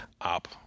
up